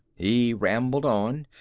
he rambled on.